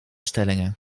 stellingen